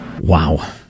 Wow